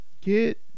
Get